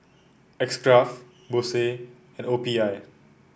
X Craft Bose and O P I